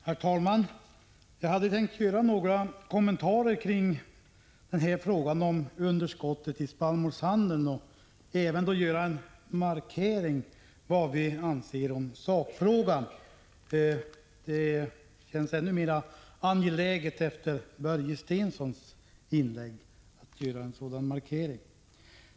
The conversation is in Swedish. Herr talman! Jag hade tänkt göra några kommentarer kring frågan om underskottet i spannmålshandeln och även göra en markering av vad vi anser om sakfrågan. Det känns ännu mer angeläget efter Börje Stenssons inlägg att göra en sådan markering.